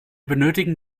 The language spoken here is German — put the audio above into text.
benötigen